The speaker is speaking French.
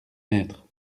maîtres